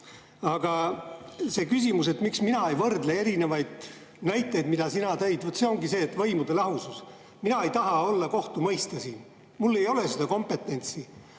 Aga see küsimus, miks mina ei võrdle erinevaid näiteid, mis sa tõid – vaat põhjus ongi see, et on võimude lahusus. Mina ei taha olla kohtumõistja. Mul ei ole seda kompetentsi.